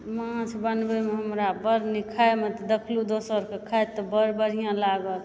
माछ बनबे मे हमरा बड्ड नीक खाय मे देखलहुॅं दोसर के खाइत तऽ बड्ड बढ़िऑं लागल